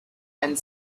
and